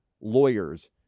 lawyers